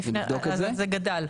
אבל זה גדל.